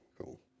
Cool